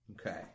Okay